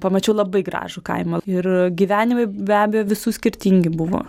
pamačiau labai gražų kaimą ir gyvenimai be abejo visų skirtingi buvo